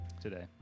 today